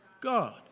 God